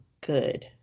good